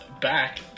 back